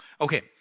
Okay